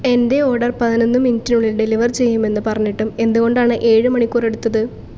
എന്റെ ഓർഡർ പതിനൊന്ന് മിനിറ്റിനുള്ളിൽ ഡെലിവർ ചെയ്യുമെന്ന് പറഞ്ഞിട്ടും എന്തുകൊണ്ടാണ് ഏഴ് മണിക്കൂർ എടുത്തത്